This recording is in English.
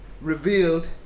revealed